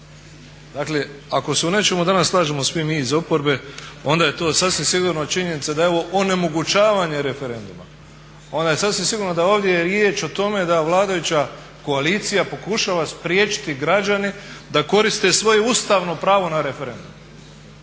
Dakle ako se u nečemu danas slažemo svi mi iz oporbe onda je to sasvim sigurno činjenica da je ovo onemogućavanje referenduma. Onda je sasvim sigurno da je ovdje riječ o tome da vladajuća koalicija pokušava spriječiti građane da koriste svoje ustavno pravo na referendum.